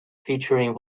featuring